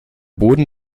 boden